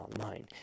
online